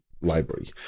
library